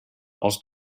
els